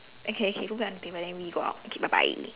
okay okay put back on the table then we go out okay bye bye